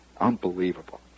Unbelievable